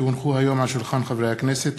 כי הונחו היום על שולחן הכנסת,